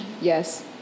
Yes